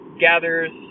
gathers